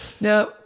Now